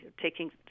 taking